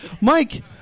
Mike